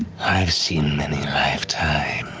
i've seen many lifetimes.